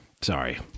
Sorry